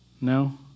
No